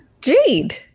Jade